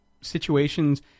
situations